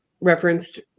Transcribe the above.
referenced